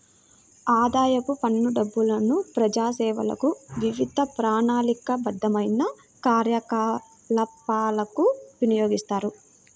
ఆదాయపు పన్ను డబ్బులను ప్రజాసేవలకు, వివిధ ప్రణాళికాబద్ధమైన కార్యకలాపాలకు వినియోగిస్తారు